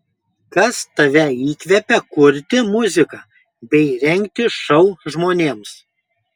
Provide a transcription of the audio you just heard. kas tave įkvepia kurti muziką bei rengti šou žmonėms